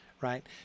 right